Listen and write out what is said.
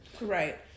right